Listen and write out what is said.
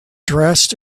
dressed